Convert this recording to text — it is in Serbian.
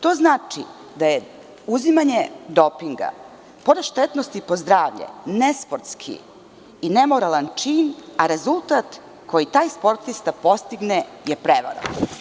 To znači da je uzimanje dopinga, pored štetnosti za zdravlje, nesportski i nemoralan čin, a rezultat koji taj sportista postigne je prevara.